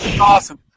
Awesome